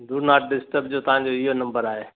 do not disturb जो तव्हां जो इहो नम्बर आहे